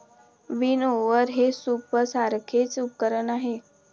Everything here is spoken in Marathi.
विनओवर हे सूपसारखेच उपकरण आहे